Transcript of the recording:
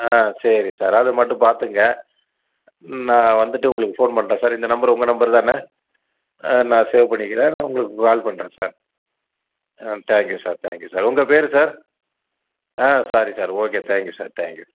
ஆ சரி சார் அது மட்டும் பார்த்துக்கங்க நான் வந்துவிட்டு உங்களுக்கு ஃபோன் பண்ணுறேன் சார் இந்த நம்பர் உங்க நம்பர் தானே நான் சேவ் பண்ணிக்கிறேன் நான் உங்களுக்கு கால் பண்ணுறேன் sir thank you sir thank you sir உங்கள் பேர் sir sorry sir okay thank you sir thank you